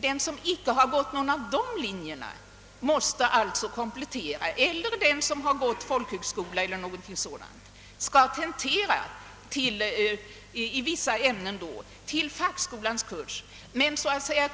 Den som inte gått någon av dessa linjer i fackskolan eller som studerat vid folkhögskola eller liknande skall tentera i vissa ämnen enligt fackskolans kursplan. Men